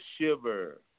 shiver